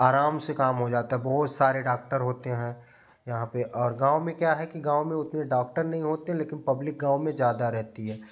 आराम से काम हो जाता है बहुत सारे डाक्टर होते हैं यहाँ पर और गाँव में क्या है कि गाँव में उतने डाक्टर नहीं होते लेकिन पब्लिक गाँव में ज़्यादा रहती है